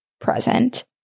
present